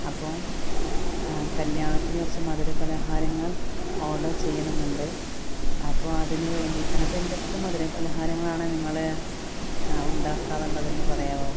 അപ്പോള് കല്യാണത്തിന് കുറച്ച് മധുര പലഹാരങ്ങൾ ഓഡർ ചെയ്യണമെന്നുണ്ട് അപ്പോള് അതിന് വേണ്ടിയിട്ടാണ് അപ്പോള് എന്തൊക്കെ മധുര പലഹാരങ്ങളാണ് നിങ്ങള് ഉണ്ടാക്കുക എന്നുള്ളതെന്ന് പറയാമോ